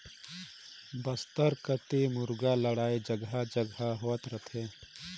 बस्तर कति मुरगा लड़ई जघा जघा होत रथे